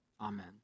Amen